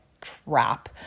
crap